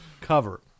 cover